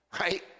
right